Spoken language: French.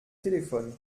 téléphone